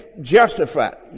justified